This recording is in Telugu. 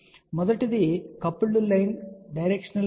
కాబట్టి మొదటిది కపుల్డ్ లైన్ డైరెక్షనల్ కప్లర్ తో ప్రారంభిద్దాం